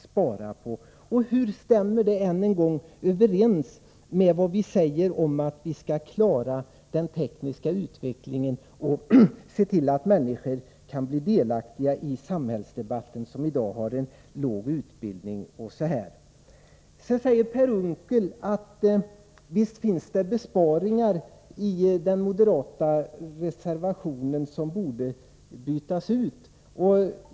Än en gång: Hur stämmer det med vad vi säger om att vi skall klara den tekniska utvecklingen och se till att människor med låg utbildning kan bli delaktiga av samhällsdebatten? Sedan säger Per Unckel att det visst finns besparingar i den moderata reservationen som borde bytas ut.